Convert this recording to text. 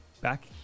Back